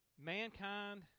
Mankind